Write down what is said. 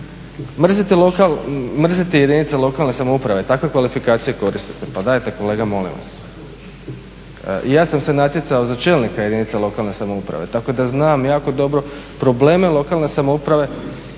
Mrziti jedinice lokalne samouprave, takve kvalifikacije koristite? Pa dajte kolega molim vas! I ja sam se natjecao za čelnika jedinice lokalne samouprave. Tako da znam jako dobro probleme lokalne samouprave.